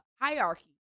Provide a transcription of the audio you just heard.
hierarchy